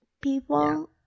people